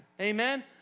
amen